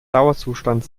dauerzustand